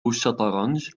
الشطرنج